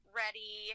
ready